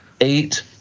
Eight